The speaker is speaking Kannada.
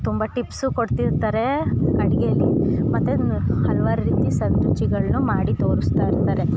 ತುಂಬ ಟಿಪ್ಸು ಕೊಡ್ತಿರ್ತಾರೇ ಅಡುಗೇಲಿ ಮತ್ತು ಹಲ್ವಾರು ರೀತಿ ಸವಿ ರುಚಿಗಳನ್ನು ಮಾಡಿ ತೋರಿಸ್ತಾ ಇರ್ತಾರೆ